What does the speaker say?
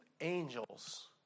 angels